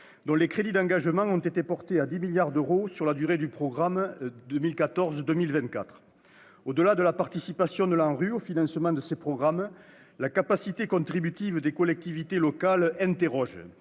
dont les crédits d'engagement ont été portés à 10 milliards d'euros sur la durée du programme 2014-2024. Au-delà de la participation de l'ANRU au financement de ces programmes, la capacité contributive des collectivités locales interroge,